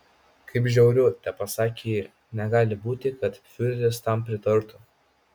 kaip žiauru tepasakė ji negali būti kad fiureris tam pritartų